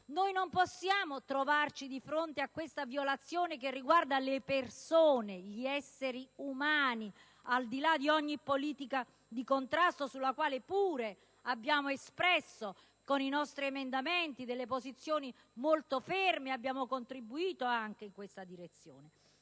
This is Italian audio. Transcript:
non possiamo trovarci di fronte a questa violazione che riguarda le persone, gli esseri umani, al di là di ogni politica di contrasto sulla quale pure abbiamo espresso, con i nostri emendamenti, delle posizioni molto ferme, dando un contributo anche in questa direzione.